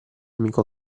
amico